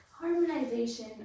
Harmonization